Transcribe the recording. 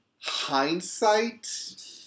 hindsight